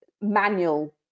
manual